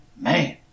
Man